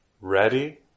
Ready